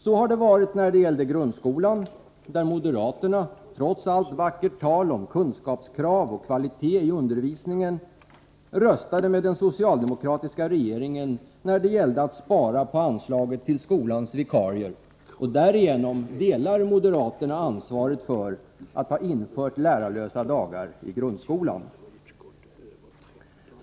Så har det varit beträffande grundskolan, där moderaterna, trots allt vackert tal om kunskapskrav och kvalitet i undervisningen, röstade med den socialdemokratiska regeringen när det gällde att spara på anslaget till skolans vikarier, och därigenom delar moderaterna ansvaret för att ha infört lärarlösa dagar i grundskolan.